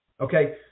Okay